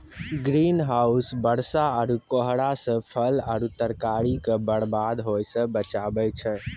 green house बरसा आरु कोहरा से फल आरु तरकारी के बरबाद होय से बचाबै छै